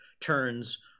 turns